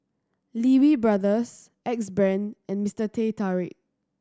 Lee Wee Brothers Axe Brand and Mister Teh Tarik